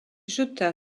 jeta